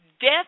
Death